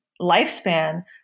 lifespan